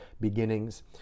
beginnings